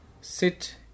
sit